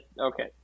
Okay